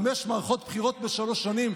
חמש מערכות בחירות בשלוש שנים,